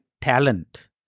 talent